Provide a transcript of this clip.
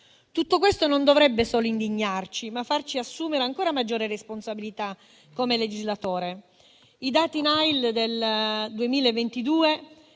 Tutto questo non dovrebbe solo indignarci, ma farci assumere ancora maggiore responsabilità come legislatore. I dati INAIL del 2022